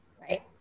Right